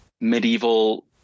medieval